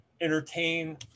entertain